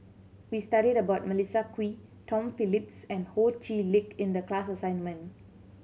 we studied about Melissa Kwee Tom Phillips and Ho Chee Lick in the class assignment